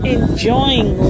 Enjoying